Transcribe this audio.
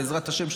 בעזרת השם,